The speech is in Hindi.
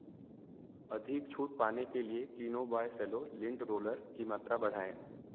अधिक छूट पाने के लिए Kleeno by Cello lint roller की मात्रा बढ़ाएँ